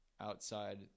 outside